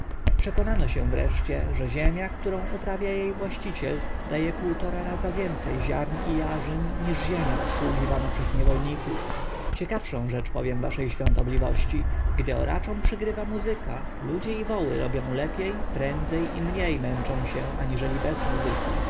przekonano się wreszcie że ziemia którą uprawia jej właściciel daje półtora raza więcej ziarn i jarzyn niż ziemia obsługiwana przez niewolników ciekawszą rzecz powiem waszej świątobliwości gdy oraczom przygrywa muzyka ludzie i woły robią lepiej prędzej i mniej męczą się aniżeli bez muzyki